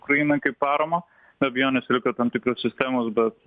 ukrainai kaip paramą be abejonės reikia tam tikros sistemos bet